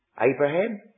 Abraham